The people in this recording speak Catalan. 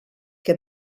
que